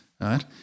right